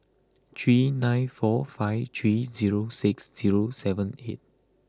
three nine four five three zero six zero seven eight